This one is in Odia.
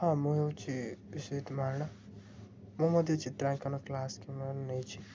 ହଁ ମୁଁ ହେଉଛି ବିଶିତ ମହାରଣା ମୁଁ ମଧ୍ୟ ଚିତ୍ରାଙ୍କନ କ୍ଲାସ ସ୍କିମ୍ ନେଇଛି